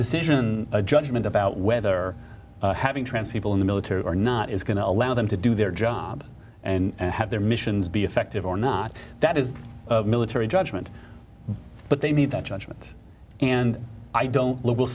decision a judgment about whether having trans people in the military or not is going to allow them to do their job and have their missions be effective or not that is the military judgment but they made that judgment and i don't lou we'll